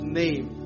name